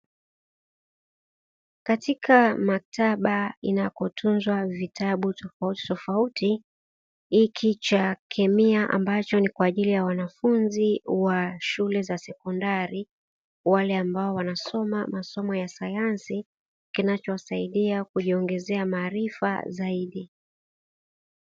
Katika maktaba inakotunzwa vitabu tofautitofauti, hiki cha kemia ambacho ni kwa ajili ya wanafunzi wa shule za sekondari wale ambao wanaosoma masomo ya sayansi, kinacho wasaidia kuwaongezea maarifa zaidi.